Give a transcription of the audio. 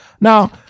Now